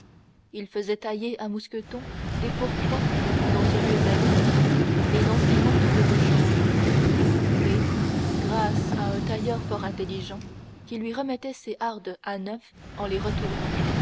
il faisait tailler à mousqueton des pourpoints dans ses vieux habits et dans ses manteaux de rechange et grâce à un tailleur fort intelligent qui lui remettait ses hardes à neuf en les retournant